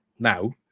now